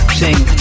sing